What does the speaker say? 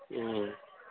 మ్మ్